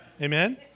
Amen